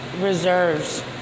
Reserves